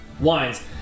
Wines